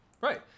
Right